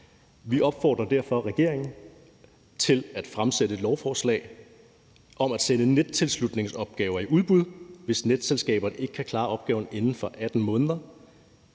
Vi opfordrer derfor regeringen til at fremsætte et lovforslag om at sætte nettilslutningsopgaver i udbud, hvis netselskaberne ikke kan klare opgaven inden for 18 måneder.